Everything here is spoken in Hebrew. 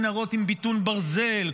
מנהרות עם ביטון ברזל,